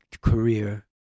career